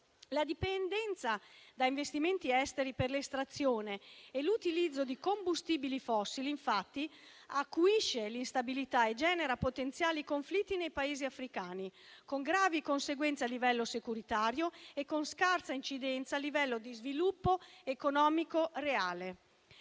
La dipendenza da investimenti esteri per l'estrazione e l'utilizzo di combustibili fossili, infatti, acuisce l'instabilità e genera potenziali conflitti nei Paesi africani, con gravi conseguenze a livello securitario e scarsa incidenza a livello di sviluppo economico reale.